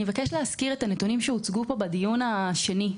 אני מבקשת להזכיר את הנתונים שהוצגו פה בדיון השני,